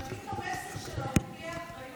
אבל חייבים את המסר שלהורים תהיה אחריות,